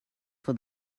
for